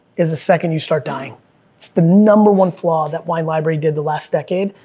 is the second you start dying. it's the number one flaw that wine library did the last decade,